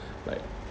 like